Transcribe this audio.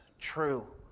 true